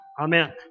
Amen